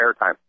airtime